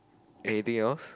anything else